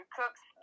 cooks